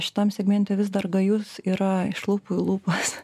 šitam segmente vis dar gajus yra iš lūpų į lūpas